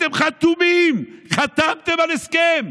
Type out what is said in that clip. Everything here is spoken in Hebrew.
אתם חתומים, חתמתם על הסכם.